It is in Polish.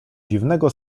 dziwnego